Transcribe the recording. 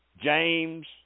James